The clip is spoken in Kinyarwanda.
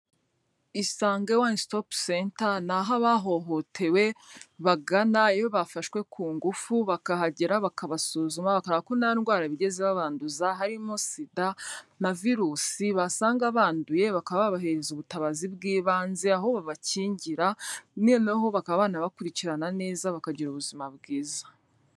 Isange one stop center ni aho abahohotewe bagana iyo bafashwe ku ngufu, bakahagera bakabasuzuma, bakareba ko nta ndwara bigeze babanduza, harimo sida na virusi, basanga banduye bakaba babahereza ubutabazi bw'ibanze, aho babakingira noneho bakaba banabakurikirana neza bakagira ubuzima bwiza.